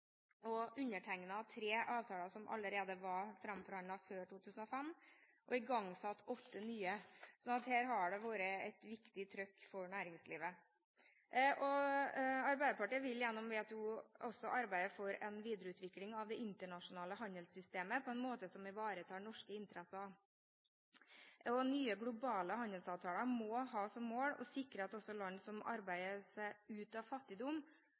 åtte nye. Så her har det vært et viktig «trøkk» for næringslivet. Arbeiderpartiet vil gjennom WTO også arbeide for en videreutvikling av det internasjonale handelssystemet på en måte som ivaretar norske interesser, og nye globale handelsavtaler må ha som mål å sikre at også land som arbeider seg ut av fattigdom,